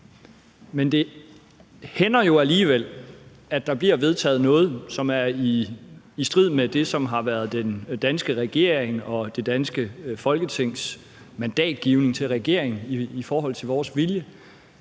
men det hænder jo alligevel, at der bliver vedtaget noget, som er i strid med det, som har været den danske regerings vilje og det danske Folketings mandatgivning til regeringen. Der spørger jeg